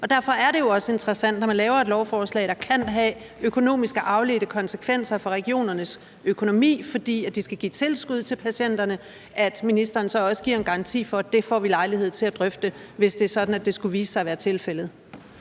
Derfor er det også interessant, når man laver et lovforslag, der kan have økonomiske afledte konsekvenser for regionernes økonomi, fordi de skal give tilskud til patienter, om ministeren så også giver en garanti for, at det får vi lejlighed til at drøfte, hvis det skulle vise sig at være tilfældet.